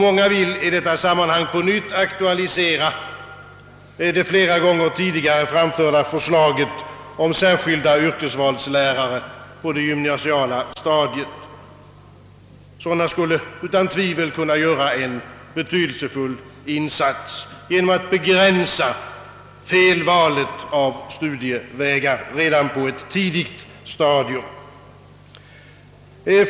Många vill i detta sammanhang på nytt aktualisera det flera gånger tidigare framförda förslaget om särskilda yrkesvalslärare på det gymnasiala stadiet. Sådana skulle utan tvivel kunna göra en betydelsefull insats genom att begränsa felvalet av studievägar redan på ett tidigt stadium.